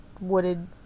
wooded